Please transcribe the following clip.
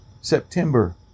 September